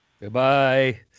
Goodbye